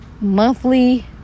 monthly